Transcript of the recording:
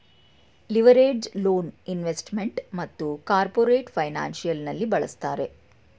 leveraged loan investment ಮತ್ತು corporate financial ನಲ್ಲಿ ಬಳಸುತ್ತಾರೆ